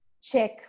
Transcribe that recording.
Check